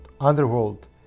underworld